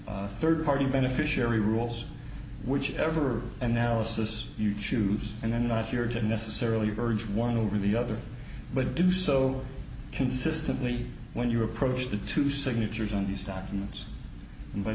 rules third party beneficiary rules whichever analysis you choose and then not your to necessarily urge one over the other but do so consistently when you approach the two signatures on these documents and by